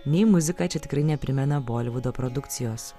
nei muzika čia tikrai neprimena bolivudo produkcijos